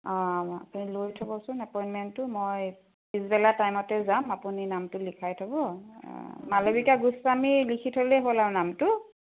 অ আপুনি লৈ থ'বচোন এপইণ্টমেণ্টটো মই পিছবেলা টাইমতে যাম আপুনি নামটো লিখাই থ'ব মালবিকা গোস্বামী লিখি থ'লেই হ'ল আৰু নামটো